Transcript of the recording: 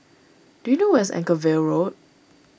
do you know where is Anchorvale Road